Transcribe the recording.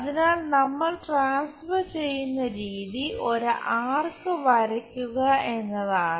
അതിനാൽ നമ്മൾ ട്രാൻസ്ഫർ ചെയ്യുന്ന രീതി ഒരു ആർക്ക് വരയ്ക്കുക എന്നതാണ്